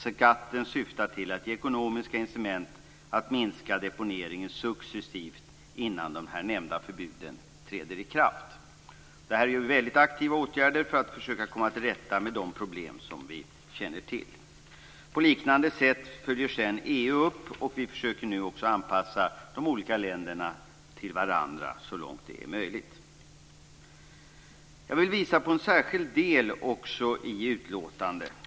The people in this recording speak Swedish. Skatten syftar till att ge ekonomiska incitament att minska deponeringen successivt innan de nämnda förbuden träder i kraft. Detta är väldigt aktiva åtgärder för att försöka att komma till rätta med de problem som vi känner till. På liknande sätt sker en uppföljning i EU, och vi försöker nu också att anpassa de olika länderna till varandra så långt det är möjligt. Jag vill också visa på en särskild del i utlåtandet.